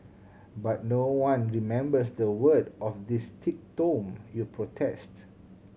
but no one remembers the word of this thick tome you protest